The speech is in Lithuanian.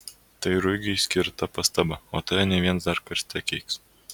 tai ruigiui skirta pastaba o tave ne vienas dar karste keiks